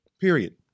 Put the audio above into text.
period